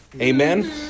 Amen